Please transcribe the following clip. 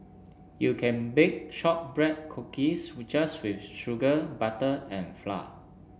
you can bake shortbread cookies we just with sugar butter and flour